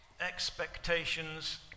expectations